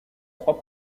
trois